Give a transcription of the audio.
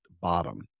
bottom